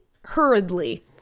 hurriedly